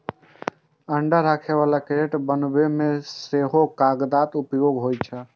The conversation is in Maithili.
अंडा राखै बला क्रेट बनबै मे सेहो कागतक उपयोग होइ छै